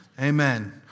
Amen